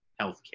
healthcare